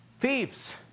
thieves